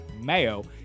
mayo